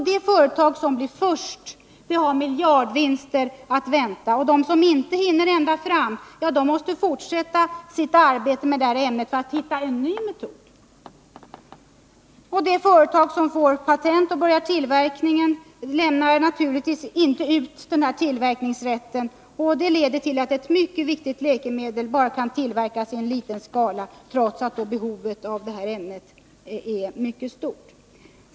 Det företag som blev först har miljardvinster att vänta, och de som inte hinner ända fram måste fortsätta sitt arbete med ämnet för att hitta en ny metod. De företag som får patent och börjar tillverkningen lämnar naturligtvis inte ut tillverkningsrätten, och det leder till att ett mycket viktigt läkemedel kan tillverkas bara i liten skala, trots att behovet av det är mycket stort.